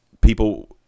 people